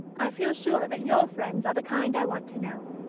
i feel sure that your friends are the kind i want to know.